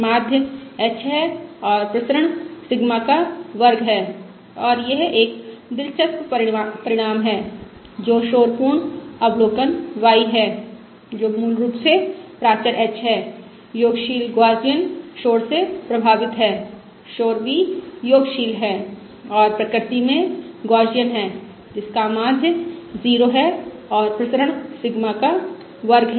माध्य h है और प्रसरण सिग्मा का वर्ग है और यह एक दिलचस्प परिणाम है जो शोर पूर्ण अवलोकन y है जो मूल रूप से प्राचर h है योगात्मक गौसियन शोर से प्रभावित है शोर v योगात्मक है और प्रकृति में गौसियन है जिसका माध्य 0 है और प्रसरण सिग्मा का वर्ग है